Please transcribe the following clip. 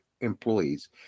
employees